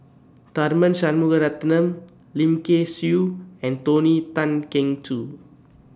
Tharman Shanmugaratnam Lim Kay Siu and Tony Tan Keng Joo